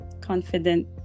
confident